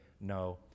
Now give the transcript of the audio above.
no